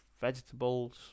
vegetables